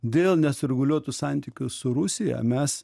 dėl nesureguliuotų santykių su rusija mes